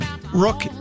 Rook